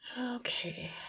okay